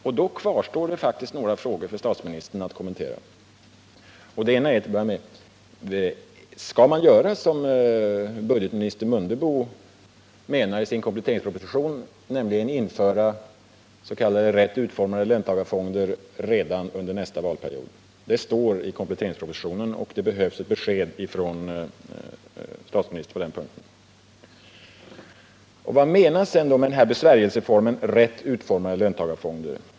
Och då kvarstår det faktiskt några frågor för statsministern att kommentera: Skall man göra som budgetminister Mundebo skriver i kompletteringspropositionen, nämligen införa s.k. rätt utformade löntagarfonder redan under nästa valperiod? Det står i kompletteringspropositionen, och det behövs ett besked från statsministern på den punkten. Vad menas vidare med den här besvärjelseformen ”rätt utformade löntagarfonder”?